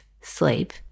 sleep